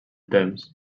temps